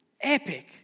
Epic